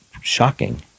shocking